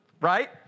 right